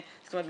זאת אומרת,